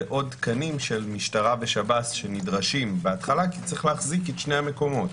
זה עוד תקנים של משטרה ושב"ס בהתחלה כי צריך להחזיק את שני המקומות.